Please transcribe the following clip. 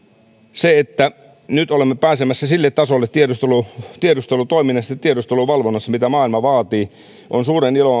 se että nyt olemme pääsemässä sille tasolle tiedustelutoiminnassa ja tiedusteluvalvonnassa mitä maailma vaatii on suuren